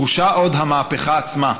דרושה עוד המהפכה עצמה.